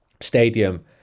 stadium